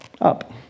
up